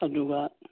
ꯑꯗꯨꯒ